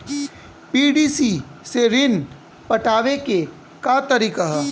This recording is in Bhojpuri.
पी.डी.सी से ऋण पटावे के का तरीका ह?